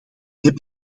heb